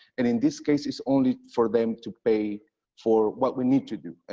and in this case it's only for them to pay for what we need to do.